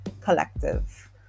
collective